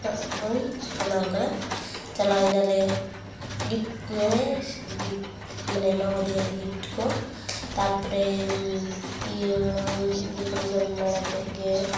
ᱠᱚᱧ ᱢᱟᱱᱟᱣ ᱠᱟᱫᱟ ᱪᱟᱞᱟᱣᱮᱱᱟᱞᱮ ᱜᱤᱯᱷᱴ ᱦᱮᱸ ᱜᱤᱯᱷᱴ ᱢᱟᱱᱮ ᱮᱢᱟᱣᱟᱫᱮᱭᱟᱞᱮ ᱜᱤᱯᱷᱴ ᱠᱚ ᱛᱟᱨᱯᱚᱨᱮ ᱤᱭᱟᱹ ᱤᱭᱟᱹ ᱠᱚᱞᱮ ᱡᱚᱢ ᱵᱟᱲᱟ ᱠᱮᱫ ᱜᱮ